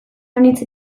banintz